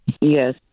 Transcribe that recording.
Yes